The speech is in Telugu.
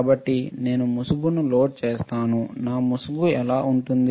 కాబట్టి నేను ముసుగును లోడ్ చేస్తాను నా ముసుగు ఎలా ఉంటుంది